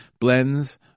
blends